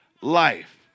life